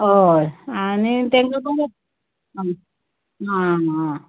हय आनी तेंकां तुमी आं आं